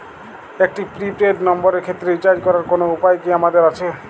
একটি prepaid নম্বরের ক্ষেত্রে রিচার্জ করার কোনো উপায় কি আমাদের আছে?